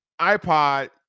iPod